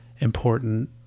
important